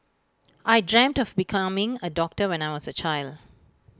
I dreamt of becoming A doctor when I was A child